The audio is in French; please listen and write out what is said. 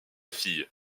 fille